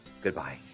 Goodbye